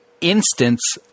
instance